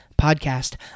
Podcast